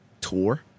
tour